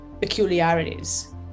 peculiarities